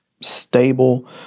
stable